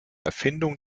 erfindung